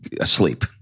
asleep